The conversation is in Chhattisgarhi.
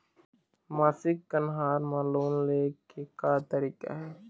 मासिक कन्हार म लोन ले के का तरीका हे?